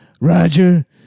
Roger